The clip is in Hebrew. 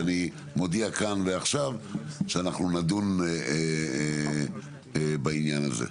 ואני מודיע כאן ועכשיו שאנחנו נדון בעניין הזה.